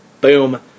Boom